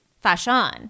Fashion